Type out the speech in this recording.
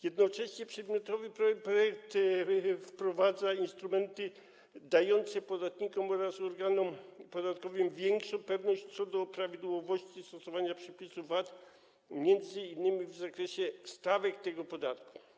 Jednocześnie przedmiotowy projekt wprowadza instrumenty dające podatnikom oraz organom podatkowym większą pewność co do prawidłowości stosowania przepisów VAT m.in. w zakresie stawek tego podatku.